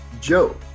Joe